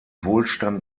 wohlstand